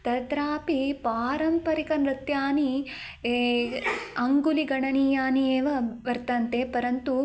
तत्रापि पारम्परिक नृत्यानि अङ्गुलि गणनीयानि एव वर्तन्ते परन्तु